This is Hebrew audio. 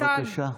בבקשה.